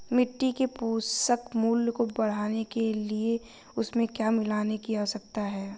मिट्टी के पोषक मूल्य को बढ़ाने के लिए उसमें क्या मिलाने की आवश्यकता है?